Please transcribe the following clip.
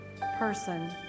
person